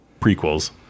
prequels